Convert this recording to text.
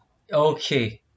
okay